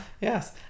Yes